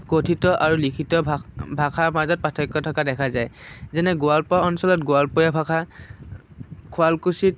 কথিত আৰু লিখিত ভাষাৰ মাজত পাৰ্থক্য থকা দেখা যায় যেনে গোৱালপাৰা অঞ্চলত গোৱালপৰীয়া ভাষা শুৱালকুছিত